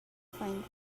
find